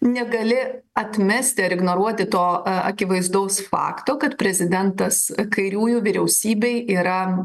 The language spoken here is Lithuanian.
negali atmesti ar ignoruoti to akivaizdaus fakto kad prezidentas kairiųjų vyriausybei yra